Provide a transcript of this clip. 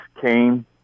came